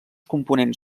components